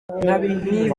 n’ibice